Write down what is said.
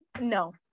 no